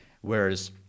whereas